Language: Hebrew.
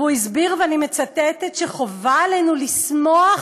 הוא הסביר, ואני מצטטת, ש"חובה עלינו לשמוח